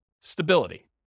stability